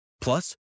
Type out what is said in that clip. Plus